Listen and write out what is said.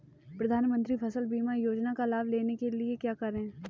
प्रधानमंत्री फसल बीमा योजना का लाभ लेने के लिए क्या करें?